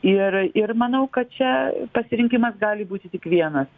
ir ir manau kad čia pasirinkimas gali būti tik vienas